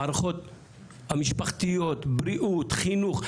המערכות המשפחתיות, בריאות, חינוך.